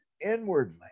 inwardly